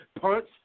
punch